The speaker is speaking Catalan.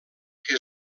que